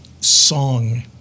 song